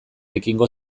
ekingo